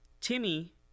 timmy